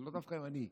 לאו דווקא אני,